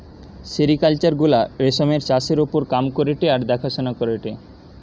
sericulture গুলা রেশমের চাষের ওপর কাম করেটে আর দেখাশোনা করেটে